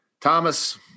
Thomas